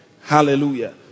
Hallelujah